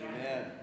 Amen